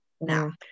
now